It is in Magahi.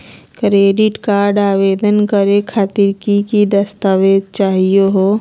क्रेडिट कार्ड आवेदन करे खातिर की की दस्तावेज चाहीयो हो?